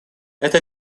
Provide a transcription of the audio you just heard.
это